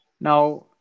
Now